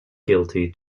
guilty